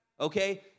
okay